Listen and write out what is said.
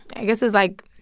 i guess it's, like,